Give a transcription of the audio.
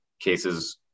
cases